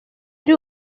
ari